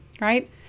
Right